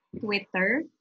Twitter